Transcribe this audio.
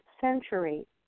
century